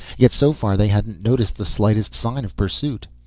yet so far they hadn't noticed the slightest sign of pursuit.